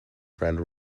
friend